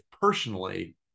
personally